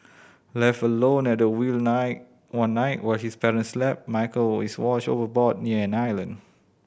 left alone at the wheel night one night while his parents slept Michael is washed overboard near an island